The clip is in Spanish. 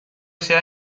ese